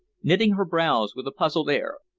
knitting her brows with a puzzled air.